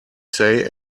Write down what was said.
say